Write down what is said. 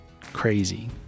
crazy